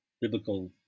biblical